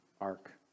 ark